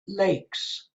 lakes